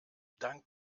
dank